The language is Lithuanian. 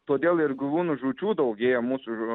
todėl ir gyvūnų žūčių daugėja mūsų